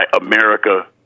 America